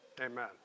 amen